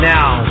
Now